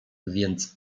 więc